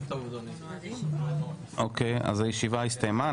הישיבה הסתיימה.